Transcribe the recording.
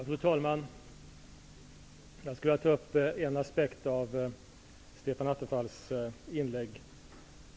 Fru talman! Jag skulle vilja ta upp en aspekt av Stefan Attefalls inlägg.